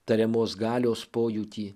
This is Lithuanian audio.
tariamos galios pojūtį